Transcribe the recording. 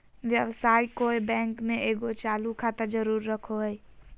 व्यवसायी कोय बैंक में एगो चालू खाता जरूर रखो हइ